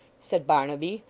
said barnaby,